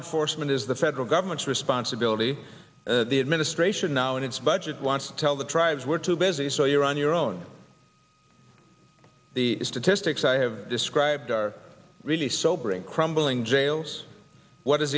enforcement is the federal government's responsibility the administration now in its budget wants to tell the tribes were too busy so you're on your own the statistics i have described are really sobering crumbling jails what is